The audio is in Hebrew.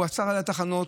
הוא עצר בתחנות,